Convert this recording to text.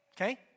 Okay